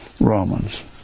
Romans